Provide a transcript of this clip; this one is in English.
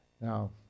Now